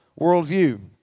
worldview